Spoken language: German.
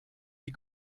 die